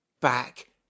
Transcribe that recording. back